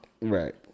Right